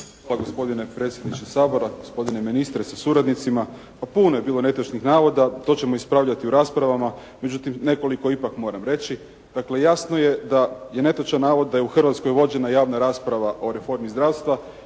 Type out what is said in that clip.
Hvala gospodine predsjedniče Sabora. Gospodine ministre sa suradnicima. Pa puno je bilo netočnih navoda. To ćemo ispravljati u raspravama. Međutim nekoliko ipak moram reći. Dakle, jasno je da je netočan navod da je u Hrvatskoj vođena javna rasprava o reformi zdravstva,